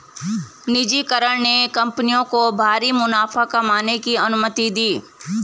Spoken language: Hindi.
निजीकरण ने कंपनियों को भारी मुनाफा कमाने की अनुमति दी